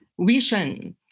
vision